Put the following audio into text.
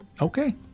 okay